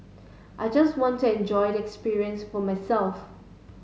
I just wanted enjoy the experience for myself